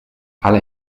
ale